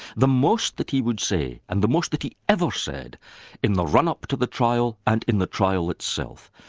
the most that he would say and the most that he ever said in the run-up to the trial, and in the trial itself,